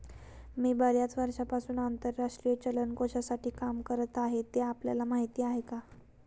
मी बर्याच वर्षांपासून आंतरराष्ट्रीय चलन कोशासाठी काम करत आहे, ते आपल्याला माहीत आहे का?